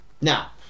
Now